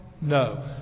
No